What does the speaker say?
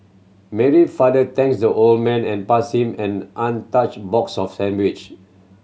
Mary father thanks the old man and pass him an untouched box of sandwich